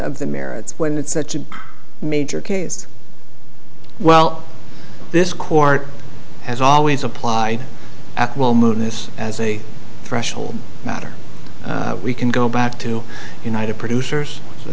of the merits when it's such a major case well this court has always applied this as a threshold matter we can go back to united producers